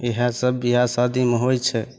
इहएसब बिआह शादीमे होइ छै